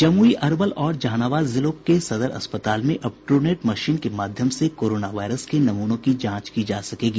जमुई अरवल और जहानाबाद जिलों के सदर अस्पताल में अब ट्रूनेट मशीन के माध्यम से कोरोना वायरस के नमूनों की जांच की जा सकेगी